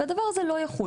ואז הדבר הזה לא יחול.